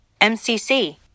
MCC